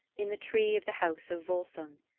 in the tree of the house of volsung.